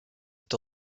est